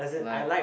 like